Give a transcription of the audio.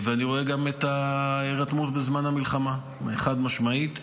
אני רואה גם את ההירתמות בזמן המלחמה, חד-משמעית.